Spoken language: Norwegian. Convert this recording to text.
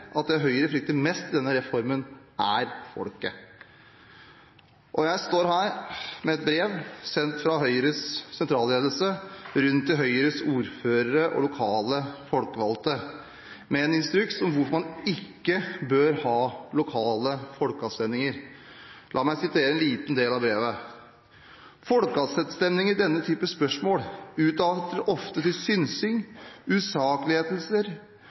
at det Høyre frykter mest i denne reformen, er folket. Jeg står her med et brev, sendt fra Høyres sentralledelse rundt til Høyres ordførere og lokale folkevalgte, med en instruks om hvorfor man ikke bør ha lokale folkeavstemninger. La meg sitere en liten del av brevet: «Folkeavstemninger i denne type spørsmål utarter ofte til synsing,